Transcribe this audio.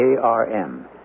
ARM